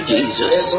Jesus